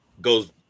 goes